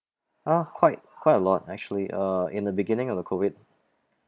ah quite quite a lot actually uh in the beginning of the COVID